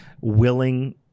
willing